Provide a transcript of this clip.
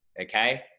Okay